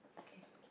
okay